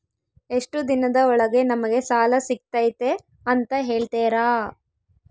ಎಷ್ಟು ದಿನದ ಒಳಗೆ ನಮಗೆ ಸಾಲ ಸಿಗ್ತೈತೆ ಅಂತ ಹೇಳ್ತೇರಾ?